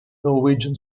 norwegian